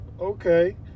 Okay